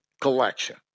collection